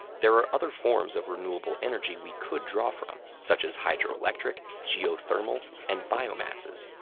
there are other forms of renewable energy we could draw from, such as hydroelectric, geothermal, and biomasses,